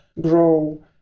grow